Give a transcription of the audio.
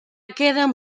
quedan